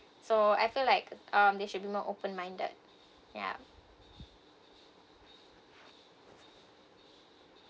so I feel like um they should be more open minded yeah